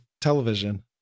television